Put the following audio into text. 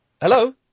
Hello